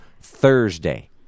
Thursday